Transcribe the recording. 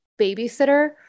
babysitter